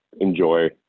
enjoy